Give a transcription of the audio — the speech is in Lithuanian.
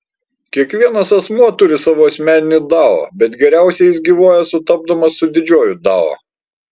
kiekvienas asmuo turi savo asmeninį dao bet geriausiai jis gyvuoja sutapdamas su didžiuoju dao